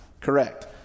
Correct